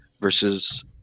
versus